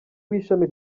w’ishami